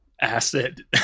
Acid